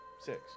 six